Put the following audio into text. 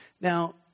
Now